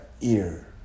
ear